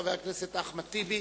חבר הכנסת אחמד טיבי,